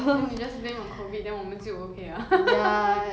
then 你 just blame on COVID then 我们就 okay ah